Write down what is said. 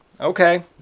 Okay